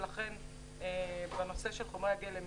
ולכן יש חומרי גלם,